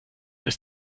ist